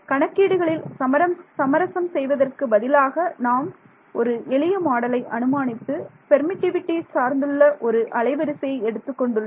கணக்கீடுகளில் சமரசம் செய்வதற்கு பதிலாக நாம் நாம் ஒரு எளிய மாடலை அனுமானித்து பெர்மிட்டிவிட்டி சார்ந்துள்ள ஒரு அலைவரிசையை எடுத்துக் கொண்டுள்ளோம்